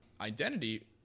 identity